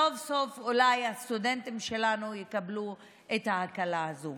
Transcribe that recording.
סוף-סוף אולי הסטודנטים שלנו יקבלו את ההקלה הזו.